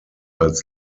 als